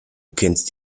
kennst